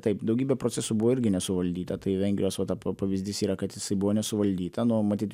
taip daugybė procesų buvo irgi nesuvaldyta tai vengrijos va ta pa pavyzdys yra kad jisai buvo nesuvaldyta nu matyt